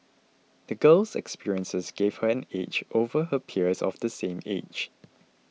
the girl's experiences gave her an edge over her peers of the same age